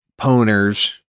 poners